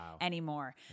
anymore